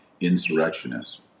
insurrectionists